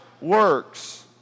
works